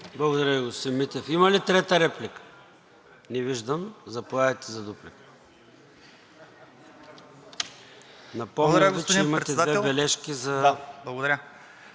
Благодаря, господин Митев. Има ли трета реплика? Не виждам. Заповядайте за дуплика – напомням Ви, че имате две бележки. ДАНИЕЛ